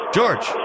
George